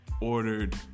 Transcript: ordered